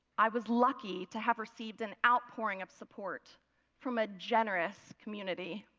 i was lucky to have received an outpouring of support from a generous community.